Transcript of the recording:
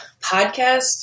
podcast